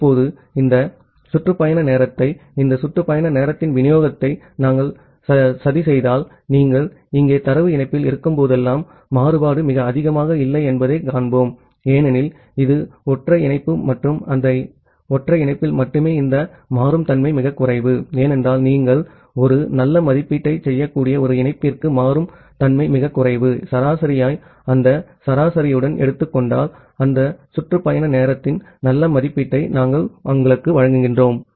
இப்போது இந்த சுற்று பயண நேரத்தை இந்த சுற்று பயண நேரத்தின் விநியோகத்தை நாம் சதி செய்தால் நீங்கள் இங்கே தரவு இணைப்பில் இருக்கும்போதெல்லாம் மாறுபாடு மிக அதிகமாக இல்லை என்பதைக் காண்போம் ஏனெனில் இது ஒற்றை இணைப்பு மற்றும் அந்த ஒற்றை இணைப்பில் மட்டுமே இந்த மாறும் தன்மை மிகக் குறைவு ஏனென்றால் நீங்கள் ஒரு நல்ல மதிப்பீட்டைச் செய்யக்கூடிய ஒரு இணைப்பிற்கு மாறும் தன்மை மிகக் குறைவு சராசரியை அந்த சராசரியுடன் எடுத்துக் கொண்டால் அந்த சுற்று பயண நேரத்தின் நல்ல மதிப்பீட்டை நாம் உங்களுக்கு வழங்குவோம்